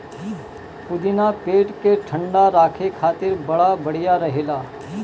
पुदीना पेट के ठंडा राखे खातिर बड़ा बढ़िया रहेला